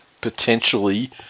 potentially